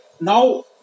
Now